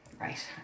right